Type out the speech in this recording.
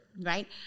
right